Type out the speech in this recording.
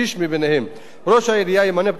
ראש העירייה ימנה בתוך 30 ימים מיום קבלת